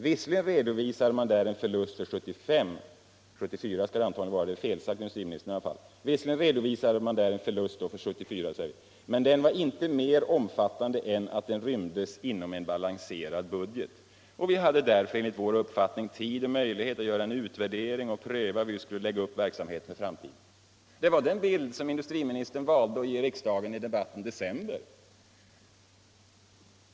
Visserligen redovisade man en förlust för 1975,” — det skall antagligen vara 1974; det är väl en felsägning av industriministern - ”men den var inte mer omfattande lingsaktiebolaget än att den rymdes inom en balanserad budget. Vi hade därför enligt vår uppfattning tid och möjlighet att göra en utvärdering och pröva hur vi skulle lägga upp verksamheten för framtiden.” Detta var den bild som industriministern valde att ge riksdagen i debatten i december.